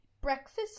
breakfast